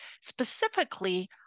specifically